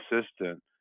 Assistant